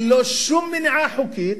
ללא שום מניעה חוקית,